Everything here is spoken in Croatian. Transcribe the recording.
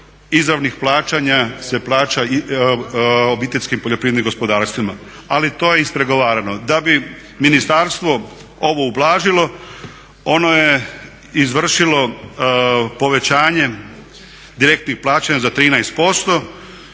izravnih plaćanja se plaća obiteljskim poljoprivrednim gospodarstvima. Ali to je ispregovarano. Da bi ministarstvo ovo ublažilo ono je izvršilo povećanje direktnih plaćanja za 13%,